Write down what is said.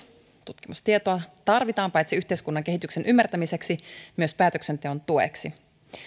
tutkimustietoa tarvitaan paitsi yhteiskunnan kehityksen ymmärtämiseksi myös päätöksenteon tueksi